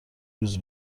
روز